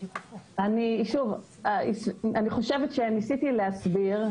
אני חושבת שניסיתי להסביר.